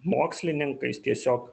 mokslininkais tiesiog